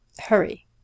Hurry